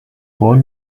قول